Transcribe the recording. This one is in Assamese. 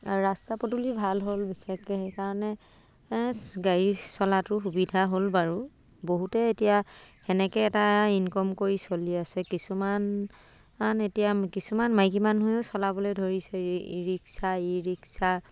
ৰাস্তা পদূলি ভাল হ'ল বিশেষকৈ সেইকাৰণে গাড়ী চলাটোৰ সুবিধা হ'ল বাৰু বহুতে এতিয়া তেনেকৈ এটা ইনকাম কৰি চলি আছে কিছুমান এতিয়া কিছুমান মাইকী মানুহেও চলাবলৈ ধৰিছে ৰি ৰিক্সা ই ৰিক্সা